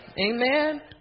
Amen